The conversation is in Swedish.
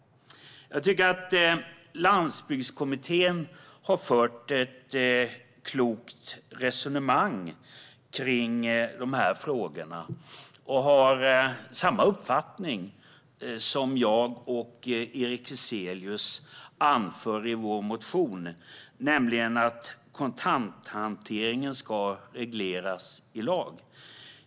Jag tycker att Landsbygdskommittén har fört ett klokt resonemang om dessa frågor. De har samma uppfattning som jag och Erik Ezelius anför i vår motion, nämligen att kontanthanteringen ska regleras i lag.